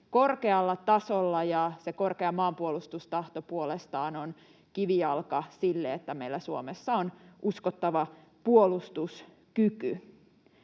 korkealla tasolla, ja se korkea maanpuolustustahto puolestaan on kivijalka sille, että meillä Suomessa on uskottava puolustuskyky.